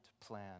plan